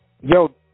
Yo